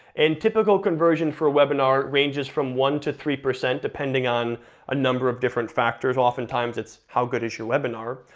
and typical conversion for a webinar ranges from one to three, depending on a number of different factors, oftentimes it's how good is your webinar?